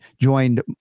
joined